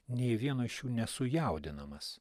nei vieno iš jų nesujaudinamas